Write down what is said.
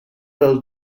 del